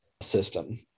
system